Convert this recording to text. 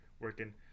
working